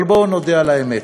אבל בואו נודה על האמת,